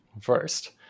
first